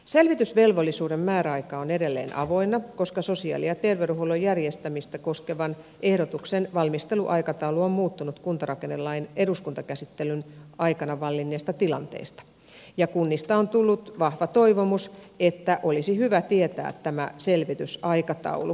selvitysvelvollisuuden määräaika on edelleen avoinna koska sosiaali ja terveydenhuollon järjestämistä koskevan ehdotuksen valmisteluaikataulu on muuttunut kuntarakennelain eduskuntakäsittelyn aikana vallinneesta tilanteesta ja kunnista on tullut vahva toivomus että olisi hyvä tietää tämä selvitysaikataulu